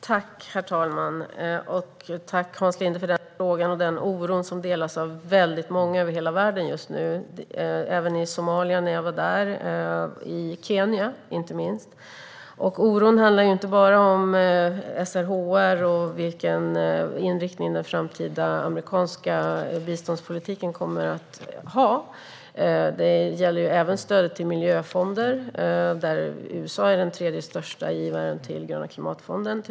Herr talman! Jag tackar Hans Linde för frågan och oron, som delas av väldigt många över hela världen just nu. Jag märkte den även när jag var i Somalia och inte minst i Kenya. Oron handlar inte bara om SRHR och vilken inriktning den framtida amerikanska biståndspolitiken kommer att ha, utan även om stödet till miljöfonder. USA är till exempel rent monetärt den tredje största givaren till Gröna klimatfonden.